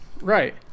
Right